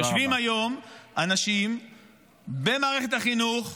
יושבים היום אנשים במערכת החינוך,